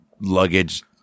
luggage